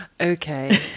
okay